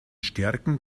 stärken